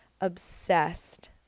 obsessed